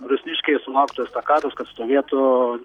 rusniškiai sulauktų estakados kad stovėtų